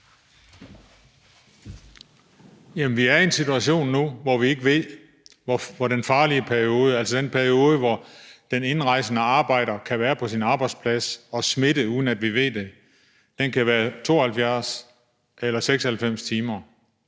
Jamen vi er nu i en situation, hvor vi ikke ved, hvor lang den farlige periode er, altså den periode, hvor den indrejsende arbejder kan være på sin arbejdsplads og smitte, uden at vi ved det. Den kan være på 72 timer eller 96 timer.